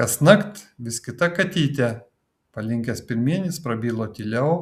kasnakt vis kita katytė palinkęs pirmyn jis prabilo tyliau